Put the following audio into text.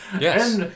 yes